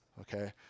okay